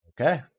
Okay